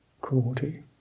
cruelty